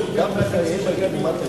ההצעה להעביר את הנושא לוועדת הכספים